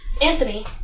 Anthony